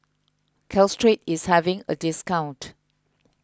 Caltrate is having a discount